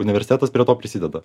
universitetas prie to prisideda